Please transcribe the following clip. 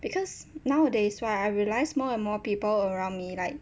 because nowadays right I realise more and more people around me like